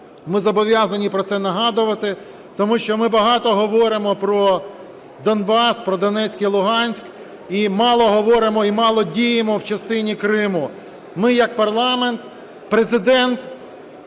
ми зобов'язані про це нагадувати, тому що ми багато говоримо про Донбас, про Донецьк і Луганськ, і мало говоримо і мало діємо в частині Криму. Ми як парламент, Президент,